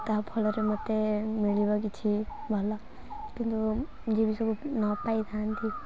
ତା' ଫଳରେ ମୋତେ ମିଳିବ କିଛି ଭଲ କିନ୍ତୁ ଯିଏ ବି ସବୁ ନପାଇଥାନ୍ତି